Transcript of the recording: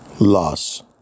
loss